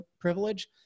privilege